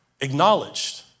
acknowledged